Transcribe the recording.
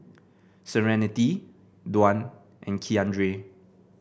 Serenity Dwan and Keandre